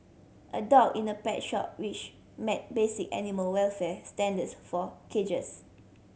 a dog in a pet shop which met basic animal welfare standards for cages